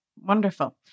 Wonderful